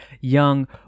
Young